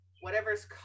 whatever's